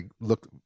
look